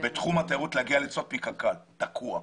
בתחום התיירות להגיע מקק"ל - תקוע.